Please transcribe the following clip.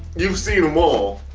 you've seen them all.